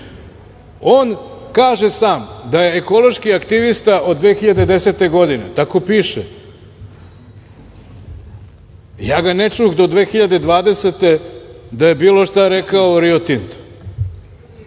On kaže sam da je ekološki aktivista od 2010. godine, tako piše. Ja ga ne čuh do 2020. godine da je bilo šta rekao o Rio Tintu,